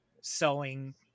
sewing